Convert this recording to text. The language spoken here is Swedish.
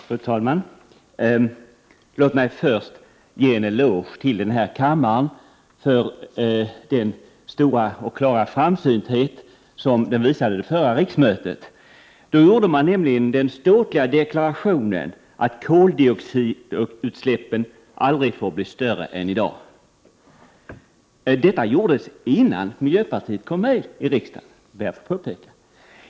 flygtrafik Fru talman! Låt mig först ge en eloge till denna kammare för den stora och klara framsynthet den visade under förra riksmötet. Man gjorde nämligen den ståtliga deklarationen att koldioxidutsläppen aldrig får bli större än i dag. Detta gjordes innan miljöpartiet kom in i riksdagen.